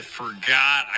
forgot